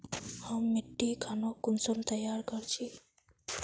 हम मिट्टी खानोक कुंसम तैयार कर छी?